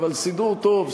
אבל סידור טוב,